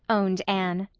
owned anne.